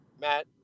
Matt